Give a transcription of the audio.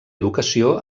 educació